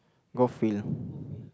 golf field